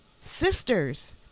sisters